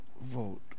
vote